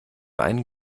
einen